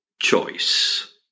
choice